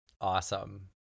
Awesome